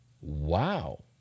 Wow